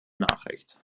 nachricht